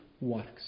works